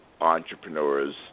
entrepreneurs